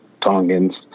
Tongans